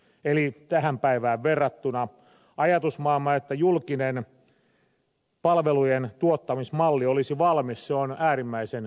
eli tähän päivään verrattuna se ajatusmaailma että julkinen palvelujen tuottamismalli olisi valmis on äärimmäisen petollinen